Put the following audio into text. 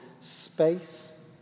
space